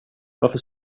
varför